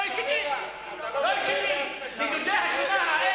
אתה לא, בעצמך.